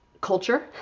culture